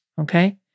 okay